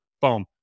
boom